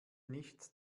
nichts